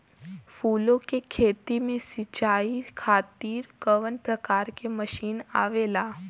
फूलो के खेती में सीचाई खातीर कवन प्रकार के मशीन आवेला?